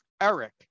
Eric